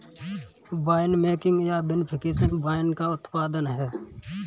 winemaking या vinification wine का उत्पादन है